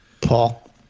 Paul